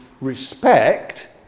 respect